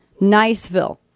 Niceville